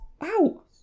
Ow